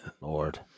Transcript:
Lord